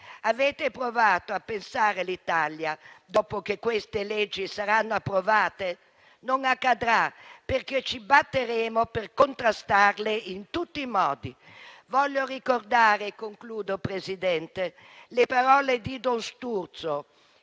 Avete provato a pensare l'Italia dopo che queste leggi saranno approvate? Non accadrà, perché ci batteremo per contrastarle in tutti i modi. Voglio ricordare - e concludo, Presidente - le parole di don Sturzo,